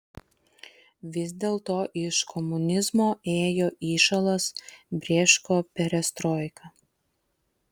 vis dėlto iš komunizmo ėjo įšalas brėško perestroika